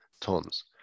tons